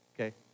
okay